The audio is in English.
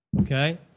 okay